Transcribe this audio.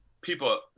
people –